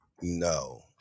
No